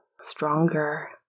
stronger